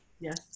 yes